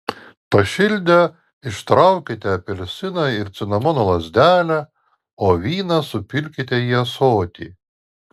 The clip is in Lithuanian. pašildę ištraukite apelsiną ir cinamono lazdelę o vyną supilkite į ąsotį